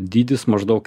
dydis maždaug